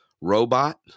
robot